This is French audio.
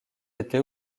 été